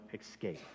escape